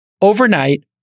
overnight